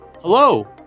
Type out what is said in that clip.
Hello